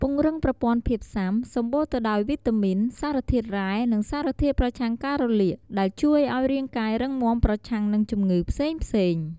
ពង្រឹងប្រព័ន្ធភាពស៊ាំ សម្បូរទៅដោយវីតាមីន សារធាតុរ៉ែ និងសារធាតុប្រឆាំងការរលាក ដែលជួយឲ្យរាងកាយរឹងមាំប្រឆាំងនឹងជំងឺផ្សេងៗ។